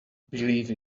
believe